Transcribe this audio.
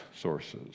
sources